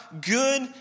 good